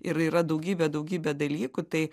ir yra daugybė daugybė dalykų tai